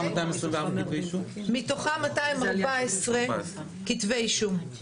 מתוכם 214 כתבי אישום.